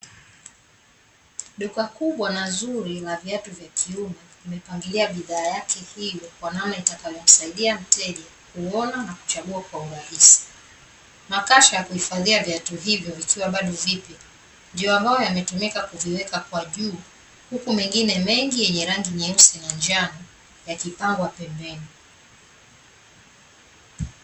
Duka kubwa na zuri la viatu vya kiume, limepangilia bidhaa yake hiyo kwa namna itakayomsaidia mteja kuona na kuchagua kwa urahisi. Makasha ya kuhifadhia viatu hivyo vikiwa bado vipya, ndiyo ambayo yametumika kuviweka kwa juu, huku mengine mengi yenye rangi nyeusi na njano yakipangwa pembeni.